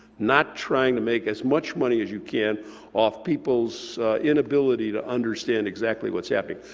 not trying to make as much money as you can off people's inability to understand exactly what's happening.